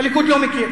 הליכוד לא מכיר.